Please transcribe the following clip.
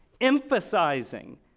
emphasizing